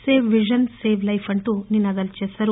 save vision save life అంటూ నినాదాలు చేశారు